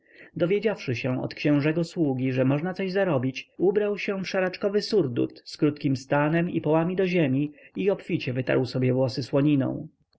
dowiedziawszy się od księżego sługi że można coś zarobić ubrał się w szaraczkowy surdut z krótkim stanem i połami do ziemi i obficie wytarł sobie włosy słoniną